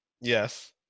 Yes